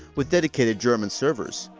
with dedicated german servers.